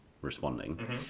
responding